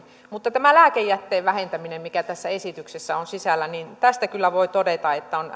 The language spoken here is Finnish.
mutta tästä lääkejätteen vähentämisestä mikä tässä esityksessä on sisällä kyllä voi todeta että on